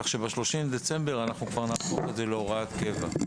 כך שב-30 בדצמבר אנחנו כבר נהפוך את זה להוראת קבע.